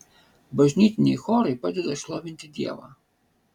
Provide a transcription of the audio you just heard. bažnytiniai chorai padeda šlovinti dievą